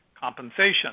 compensation